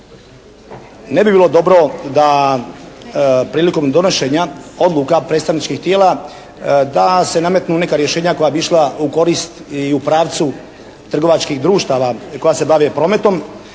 Ne bi bilo dobro da prilikom donošenja odluka predstavničkih tijela da se nametnu neka rješenja koja bi išla u korist i u pravcu trgovačkih društava koja se bave prometom